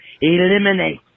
eliminate